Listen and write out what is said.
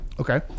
Okay